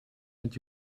met